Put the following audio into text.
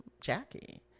Jackie